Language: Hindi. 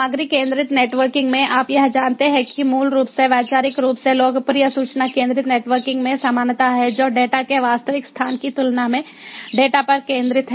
सामग्री केंद्रित नेटवर्किंग में आप यह जानते हैं कि मूल रूप से वैचारिक रूप से लोकप्रिय सूचना केंद्रित नेटवर्किंग में समानता है जो डेटा के वास्तविक स्थान की तुलना में डेटा पर केंद्रित है